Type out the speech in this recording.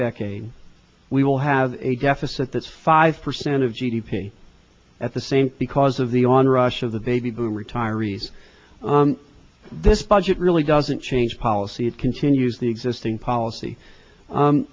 decade we will have a deficit that's five percent of g d p at the same because of the on rush of the baby boom retirees this budget really doesn't change policy it continues the existing policy